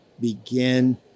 begin